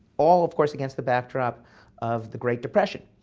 all, of course, against the backdrop of the great depression.